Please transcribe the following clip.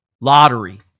Lottery